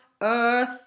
earth